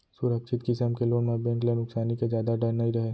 सुरक्छित किसम के लोन म बेंक ल नुकसानी के जादा डर नइ रहय